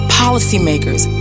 policymakers